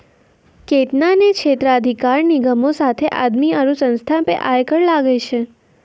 केतना ने क्षेत्राधिकार निगमो साथे आदमी आरु संस्था पे आय कर लागै छै